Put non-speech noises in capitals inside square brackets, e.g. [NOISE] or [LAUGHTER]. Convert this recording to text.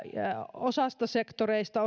osasta osatyökykyisten sektoreista [UNINTELLIGIBLE]